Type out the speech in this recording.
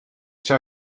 zou